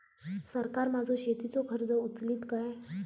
सरकार माझो शेतीचो खर्च उचलीत काय?